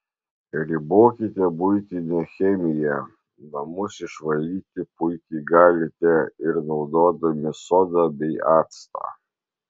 ribokite buitinę chemiją namus išvalyti puikiai galite ir naudodami sodą bei actą